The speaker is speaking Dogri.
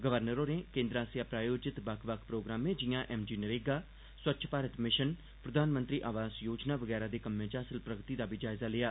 गवर्नर होरें कें आसेया प्रायोजित बक्ख बक्ख प्रोग्रामें जियां M G NREGA Swachh Bharat mission प्रधानमंत्री आवास योजना बगैरा दे कम्में च हासल प्रगति दा जायजा लैता